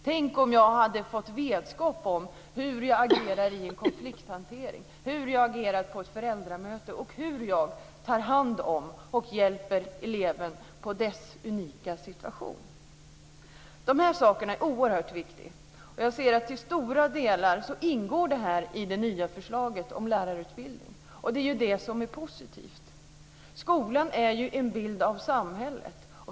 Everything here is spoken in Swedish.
Tänk om jag hade fått vetskap om hur jag agerar i en konflikthantering eller på ett föräldramöte och hur jag tar hand om och hjälper eleven i dennes unika situation. De sakerna är oerhört viktiga. Till stora delar ingår de i det nya förslaget till lärarutbildning. Det är positivt. Skolan är en bild av samhället.